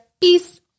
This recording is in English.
Peace